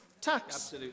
Tax